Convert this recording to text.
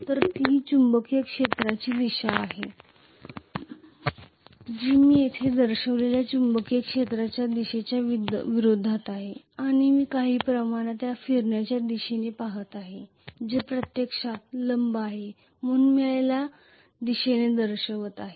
तर ही चुंबकीय क्षेत्राची दिशा आहे जी मी येथे दर्शविलेल्या चुंबकीय क्षेत्राच्या दिशेच्या विरुद्ध आहे आणि मी काही प्रमाणात या फिरण्याच्या दिशेने पाहत आहे जे प्रत्यक्षात लंब आहे म्हणून मी याला रोटेशन च्या दिशेने दर्शवित आहे